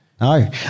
No